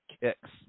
kicks